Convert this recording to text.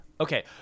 Okay